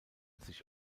sich